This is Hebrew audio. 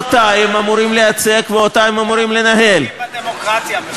את זה אמר בית-המשפט העליון בשנות ה-60.